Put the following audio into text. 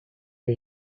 did